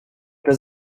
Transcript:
does